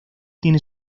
tiene